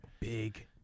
Big